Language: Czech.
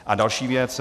A další věc.